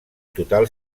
total